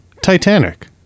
Titanic